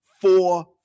four